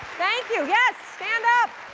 thank you, yes! stand up!